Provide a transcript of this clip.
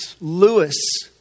Lewis